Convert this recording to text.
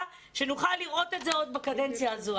שנוכל לראות את זה עוד בקדנציה הזו.